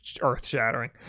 earth-shattering